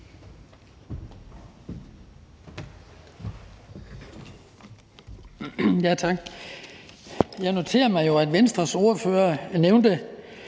Tak. Jeg noterer mig jo, at Venstres ordfører nævnte,